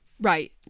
right